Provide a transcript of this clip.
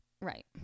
Right